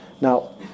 Now